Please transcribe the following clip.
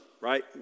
Right